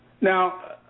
Now